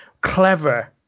clever